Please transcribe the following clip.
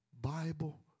Bible